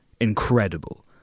incredible